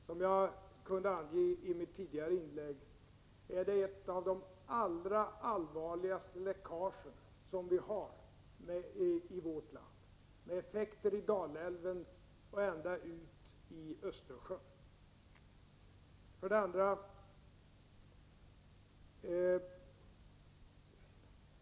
Som jag i mitt tidigare inlägg kunde tala om förorsakar de gamla upplagen ett av de allvarligaste läckage vi har i vårt land med effekter i Dalälven och ända ute i Östersjön.